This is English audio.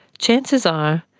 chances are,